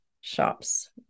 shops